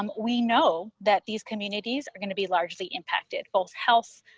um we know that these communities are going to be largely impacted both health,